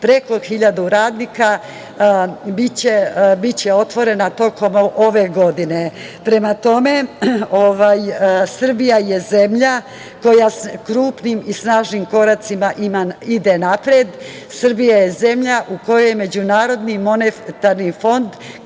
preko hiljadu radnika biće otvorena tokom ove godine. Prema tome, Srbija je zemlja koja krupnim i snažnim koracima ide napred. Srbija je zemlja kojoj je MMF kao jedinoj zemlji